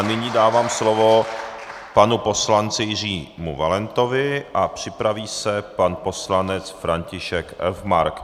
Nyní dávám slovo panu poslanci Jiřímu Valentovi a připraví se pan poslanec František Elfmark.